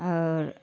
और